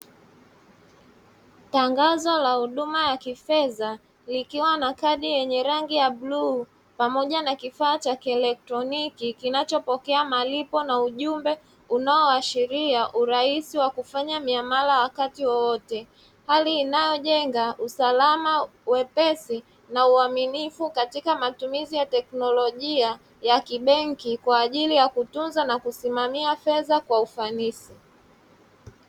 Tangazo la huduma ya kifedha likiwa na kadi lenye rangi ya bluu pamoja na kifaa cha kieletroniki kinachopokea malipo na ujumbe unaoashiria urahisi wa kufanya miamala wakati wowote. Hali inayojenga usalama, wepesi na uwaminifu; katika matumizi ya teknolojia ya kibenki kwa ajili ya kutunza na kusimama fedha kwa ufanisi.